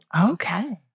Okay